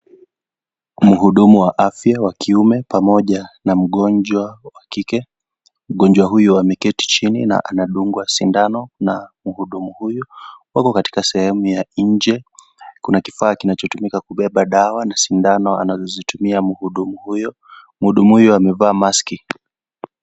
Mhudumu wa afya wa kiume pamoja na mgonjwa wa kike, mgonjwa huyu ameketi chini na anadungwa sindano na mhudumu huyu. Wako katika sehemu ya nje. Kuna kifaa kinachotumika kubeba dawa na sindano anazozitumia mhudumu huyu. Mhudumu huyu amevaa maski.